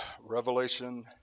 Revelation